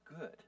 good